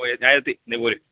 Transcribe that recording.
ഓ ഞാൻ എത്തി ഇങ്ങ് പോര്